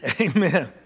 Amen